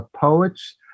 poets